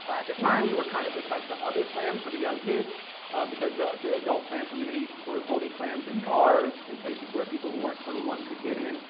at the time we were kinda just like the other slam for the young kids because the the adult slam community were holding slams in bars and places where people who weren't twenty one could get in.